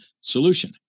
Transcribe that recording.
solution